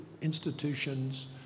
institutions